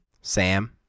Sam